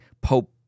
pope